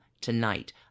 tonight